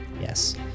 Yes